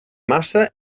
massa